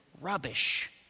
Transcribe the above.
rubbish